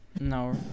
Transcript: No